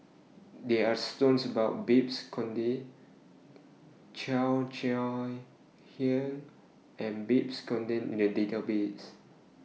There Are stories about Babes Conde Cheo Chai Hiang and Babes Conde in The Database